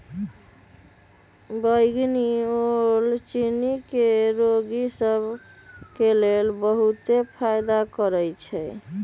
बइगनी ओल चिन्नी के रोगि सभ के लेल बहुते फायदा करै छइ